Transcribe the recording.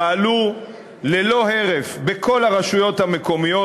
פעלו ללא הרף בכל הרשויות המקומיות.